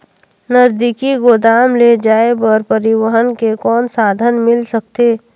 नजदीकी गोदाम ले जाय बर परिवहन के कौन साधन मिल सकथे?